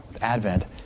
Advent